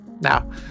Now